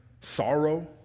sorrow